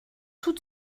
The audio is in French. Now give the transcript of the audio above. tout